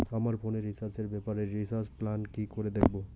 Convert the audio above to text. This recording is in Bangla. আমার ফোনে রিচার্জ এর ব্যাপারে রিচার্জ প্ল্যান কি করে দেখবো?